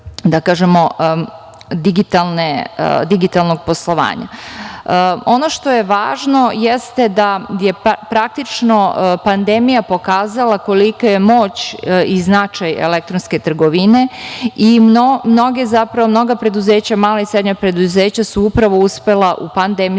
jedan novi vid digitalnog poslovanja. Ono što je važno jeste da je, praktično, pandemija pokazala kolika je moć i značaj elektronske trgovine i mnoga preduzeća, mala i srednja preduzeća, su upravo uspela u pandemijskim